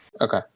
okay